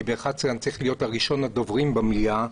כי ב-11:00 אני צריך להיות ראשון הדוברים במליאה,